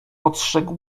ostrzegł